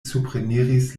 supreniris